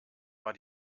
war